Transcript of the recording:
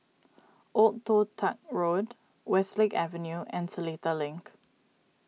Old Toh Tuck Road Westlake Avenue and Seletar Link